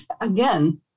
again